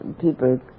people